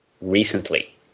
recently